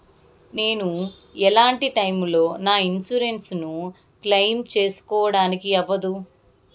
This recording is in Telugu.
నేను ఎట్లాంటి టైములో నా ఇన్సూరెన్సు ను క్లెయిమ్ సేసుకోవడానికి అవ్వదు?